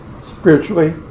Spiritually